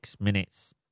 minutes